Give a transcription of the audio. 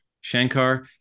Shankar